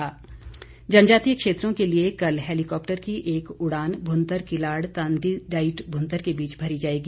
उड़ान जनजातीय क्षेत्रों के लिए कल हैलीकॉप्टर की एक उड़ान भुन्तर किलाड़ तांदी डाईट भुंतर के बीच भरी जाएगी